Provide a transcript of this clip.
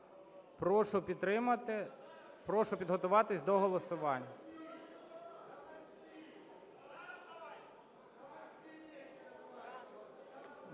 Прошу підтримати. Прошу підготуватись до голосування.